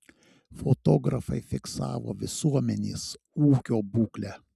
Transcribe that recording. fotografai fiksavo visuomenės ūkio būklę